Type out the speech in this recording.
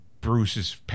Bruce's